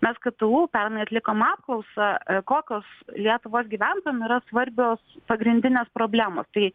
mes ktu pernai atlikome apklausą kokios lietuvos gyventojam yra svarbios pagrindinės problemos tai